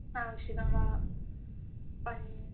आवश्यकं वा पनी